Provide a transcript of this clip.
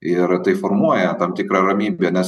ir tai formuoja tam tikrą ramybę nes